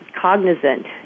cognizant